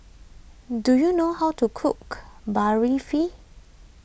do you know how to cook